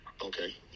okay